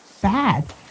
bad